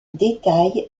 détail